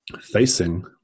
facing